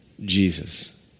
Jesus